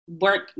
work